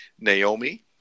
Naomi